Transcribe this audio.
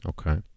Okay